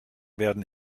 werden